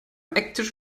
ecktisch